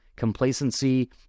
complacency